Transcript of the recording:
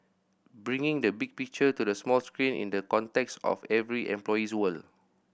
bringing the big picture to the small screen in the context of every employee's world